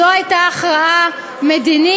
מה ההצעה לסדר הדיון?